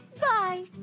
bye